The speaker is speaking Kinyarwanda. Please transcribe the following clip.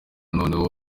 noneho